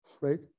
right